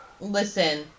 Listen